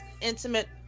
Intimate